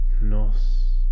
Nos